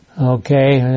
Okay